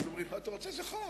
אומרים: מה אתה רוצה, זה חוק.